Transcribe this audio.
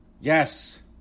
Yes